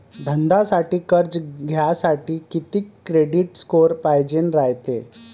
धंद्यासाठी कर्ज घ्यासाठी कितीक क्रेडिट स्कोर पायजेन रायते?